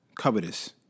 covetous